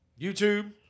YouTube